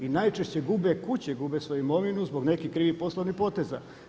I najčešće gube kuće, gube svoju imovinu zbog nekih krivih poslovnih poteza.